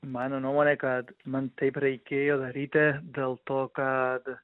mano nuomonė kad man taip reikėjo daryti dėl to kad